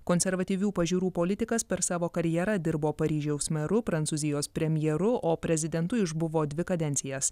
konservatyvių pažiūrų politikas per savo karjerą dirbo paryžiaus meru prancūzijos premjeru o prezidentu išbuvo dvi kadencijas